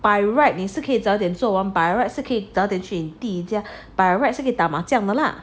by right 你是可以早点做完 by right 你是可以早点回家 by right 是可以打麻将的啦